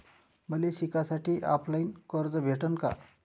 मले शिकासाठी ऑफलाईन कर्ज भेटन का?